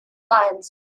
minds